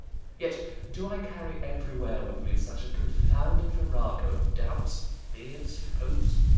yet do i carry every where with me such a confounded farrago of doubts, fears, hopes,